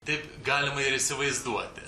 taip galima ir įsivaizduoti